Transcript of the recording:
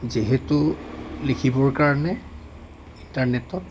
যিহেতু লিখিবৰ কাৰণে ইণ্টাৰনেটত